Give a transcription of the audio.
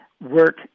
work